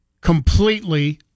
completely